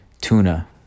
Tuna